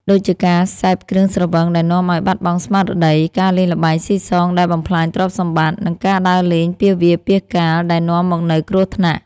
ដូចជាការសេពគ្រឿងស្រវឹងដែលនាំឱ្យបាត់បង់ស្មារតី ការលេងល្បែងស៊ីសងដែលបំផ្លាញទ្រព្យសម្បត្តិ និងការដើរលេងពាសវាលពាសកាលដែលនាំមកនូវគ្រោះថ្នាក់។